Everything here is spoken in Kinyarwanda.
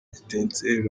etincelles